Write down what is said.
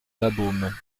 labeaume